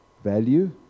Value